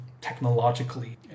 technologically